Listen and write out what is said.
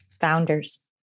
Founders